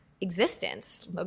existence